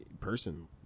person